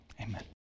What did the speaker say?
amen